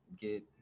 get